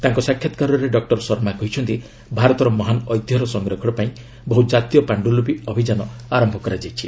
ତାଙ୍କ ସାକ୍ଷାତକାରରେ ଡକ୍ଟର ଶର୍ମା କହିଛନ୍ତି ଭାରତର ମହାନ୍ ଐତିହ୍ୟର ସଂରକ୍ଷଣ ପାଇଁ ବହୁ ଜାତୀୟ ପାଣ୍ଡୁଲିପି ଅଭିଯାନ ଆରମ୍ଭ କରାଯାଇଛି